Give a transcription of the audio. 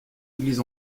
église